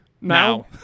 Now